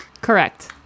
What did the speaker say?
correct